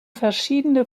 verschiedene